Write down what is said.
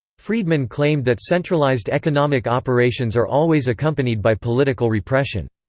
friedman claimed that centralized economic operations are always accompanied by political repression.